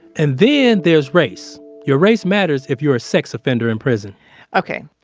and then there's race. your race matters if you're a sex offender in prison okay.